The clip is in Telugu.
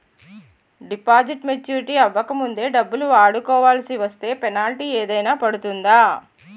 డిపాజిట్ మెచ్యూరిటీ అవ్వక ముందే డబ్బులు వాడుకొవాల్సి వస్తే పెనాల్టీ ఏదైనా పడుతుందా?